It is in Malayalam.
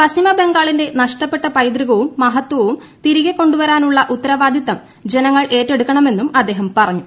പശ്ചിമ ബംഗാളിന്റെ നഷ്ടപ്പെട്ട പൈതൃകവും മഹത്വവും തിരികെ കൊണ്ടുവരാനുള്ള ഉത്തരവാദിത്തം ജനങ്ങൾ ഏറ്റെടുക്കണമെന്നും അദ്ദേഹം പറഞ്ഞു